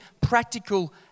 practical